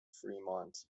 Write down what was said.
fremont